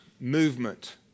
movement